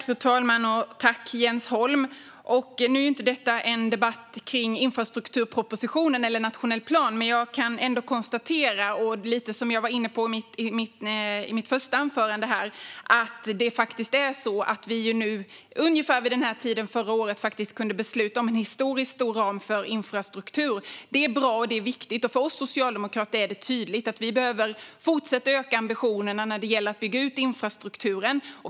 Fru talman! Tack, Jens Holm! Nu är inte detta en debatt om infrastrukturpropositionen eller nationell plan. Men jag kan ändå konstatera, som jag var inne lite på i mitt första anförande, att vi ungefär vid den här tiden förra året kunde besluta om en historiskt stor ram för infrastruktur. Det är bra, och det är viktigt. För oss socialdemokrater är det tydligt att vi behöver fortsätta att öka ambitionerna när det gäller att bygga ut infrastrukturen.